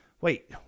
Wait